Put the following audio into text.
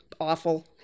Awful